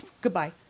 goodbye